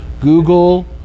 Google